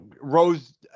Rose